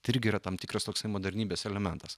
tai irgi yra tam tikras toksai modernybės elementas